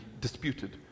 disputed